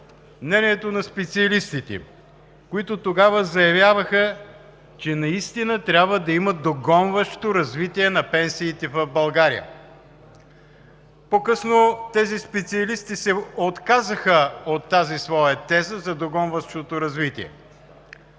повдигнахме преди близо месец. Тогава те заявяваха, че наистина трябва да има догонващо развитие на пенсиите в България. По-късно тези специалисти се отказаха от тази своя теза за догонващото развитие.